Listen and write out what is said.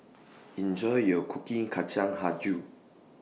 Enjoy your cooking Kacang Hijau